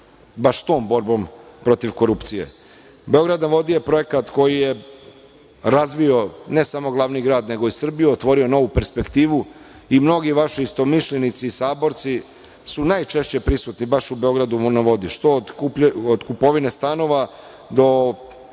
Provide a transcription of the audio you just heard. baš to borbom protiv korupcije. Beograd na vodi je projekat koji je razvio ne samo glavni grad, nego i Srbiju, otvorio novu perspektivu i mnogi vaši istomišljenici, saborci su najčešće prisutni, baš u Beogradu na vodi. Što od kupovine stanova do